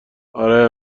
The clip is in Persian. آره